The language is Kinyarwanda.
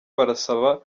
barasaba